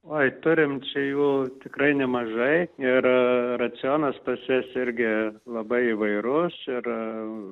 oi turim čia jų tikrai nemažai ir racionas pas jas irgi labai įvairus ir